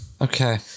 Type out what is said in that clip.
Okay